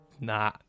Nah